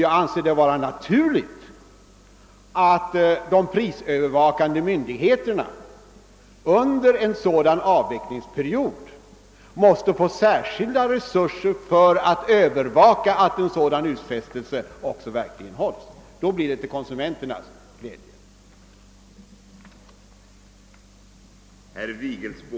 Jag anser det vara naturligt att de prisövervakande myndigheterna under en avvecklingsperiod får särskilda resurser för att kontrollera att utfästelsen verkligen infrias. Då blir reformen till glädje för konsumenterna.